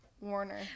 Warner